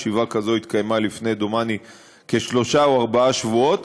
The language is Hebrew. זה קשור למהות של הפרדת הרשויות,